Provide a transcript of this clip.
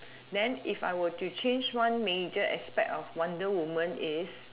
then if I were to change one major aspect of wonder woman is